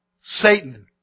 Satan